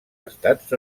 estats